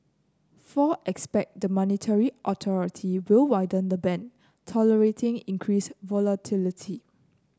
four expect the monetary authority will widen the band tolerating increased volatility